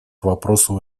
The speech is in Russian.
вопросу